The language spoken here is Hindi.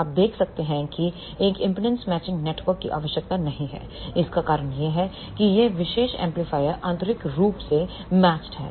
आप देख सकते हैं कि एक इंपेडेंस मैचिंग नेटवर्क की आवश्यकता नहीं है इसका कारण यह है कि यह विशेष एम्पलीफायर आंतरिक रूप से मैचड है